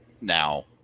Now